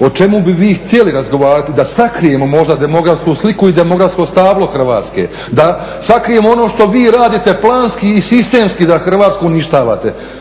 o čemu bi vi htjeli razgovarati da sakrijemo možda demografsku sliku i demografsko stablo Hrvatske, da sakrijemo ono što vi radite planski i sistemski da Hrvatsku uništavate.